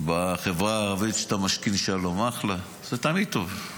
בחברה הערבית שאתה משכין שלום, אחלה, זה תמיד טוב.